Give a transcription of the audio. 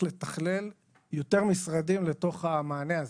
לתכלל יותר משרדים לתוך המענה הזה.